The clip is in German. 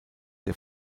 der